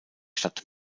stadt